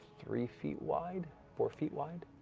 three feet wide, four feet wide.